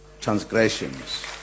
transgressions